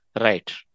Right